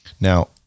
Now